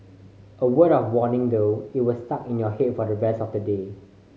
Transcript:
a word of warning though it was stuck in your head for the rest of the day